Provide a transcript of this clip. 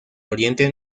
oriente